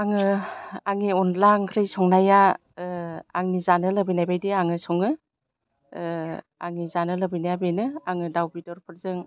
आङो आंनि अनद्ला ओंख्रि संनाया आं जानो लुबैनायबायदि आं सङो आंनि जानो लुबैनाया बेनो आं दाउ बेदर फोरजों